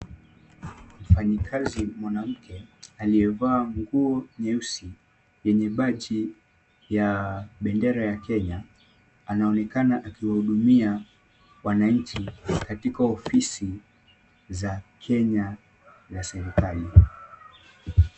Mfanyikazi mwanamke aliyevaa nguo nyeusi yenye baji ya bendera ya Kenya, anaonekana akiwahudumia wananchi katika ofisi za Kenya za serikali.